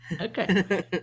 Okay